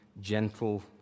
gentle